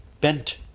bent